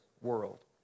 world